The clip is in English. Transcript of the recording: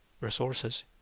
resources